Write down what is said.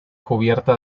cubierta